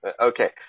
Okay